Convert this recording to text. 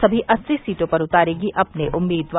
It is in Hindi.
सभी अस्सी सीटों पर उतारेगी अपने उम्मीदवार